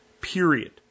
period